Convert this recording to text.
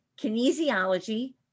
kinesiology